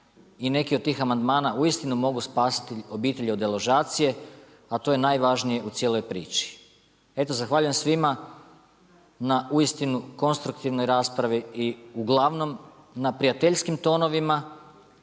i neki od tih amandmana uistinu mogu spasiti obitelji od deložacije, a to je najvažnije u cijeloj priči. Eto, zahvaljujem svima na uistinu konstruktivnoj raspravi i uglavnom na prijateljskim tonovima,